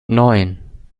neun